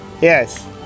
Yes